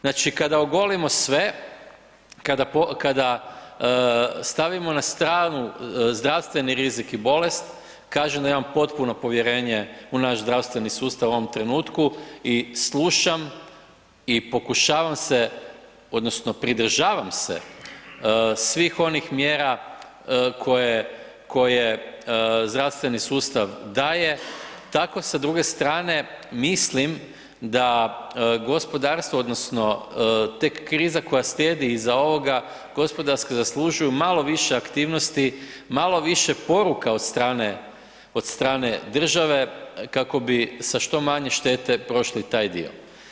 Znači kada ogolimo sve, kada stavimo na stranu zdravstveni rizik i bolest, kažem da imam potpuno povjerenje u naš zdravstveni sustav u ovom trenutku i slušam i pokušavam se odnosno pridržavam se svih onih mjera koje zdravstveni sustav daje, tako sa druge strane mislim da gospodarstvo odnosno tek kriza koja slijedi iza ovoga, gospodarski zaslužuju malo više aktivnosti, malo više poruka od strane države kako bi sa što manje štete prošli taj dio.